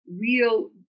real